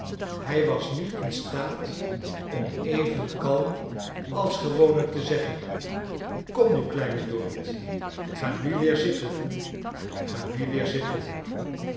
ij was niet in staat om even kalm als gewoonlijk te zeggen kom mi kleine dorrit ga nu weer zitten ga nu weer zitten